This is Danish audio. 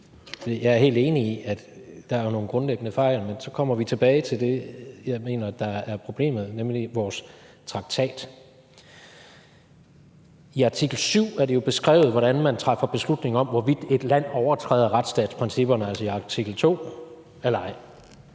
jeg er helt enig i, at der jo er nogle grundlæggende fejl, men så kommer vi tilbage til det, jeg mener der er problemet, nemlig vores traktat. I artikel 7 er det jo beskrevet, hvordan man træffer beslutning om, hvorvidt et land overtræder retsstatsprincipperne, altså artikel 2, eller ej.